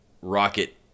Rocket